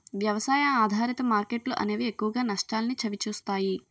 వ్యవసాయ ఆధారిత మార్కెట్లు అనేవి ఎక్కువగా నష్టాల్ని చవిచూస్తాయి